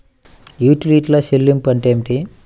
యుటిలిటీల చెల్లింపు అంటే ఏమిటి?